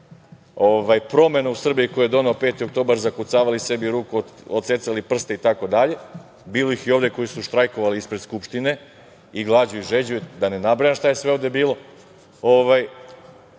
promena u Srbiji koje je doneo 5. oktobar, zakucavali sebi u ruku, odsecali prste i tako dalje, bilo ih je i ovde koji su štrajkovali ispred Skupštine i glađu i žeđu i da ne nabrajam šta je sve ovde bilo,